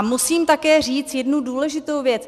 Musím také říct jednu důležitou věc.